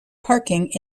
parking